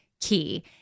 key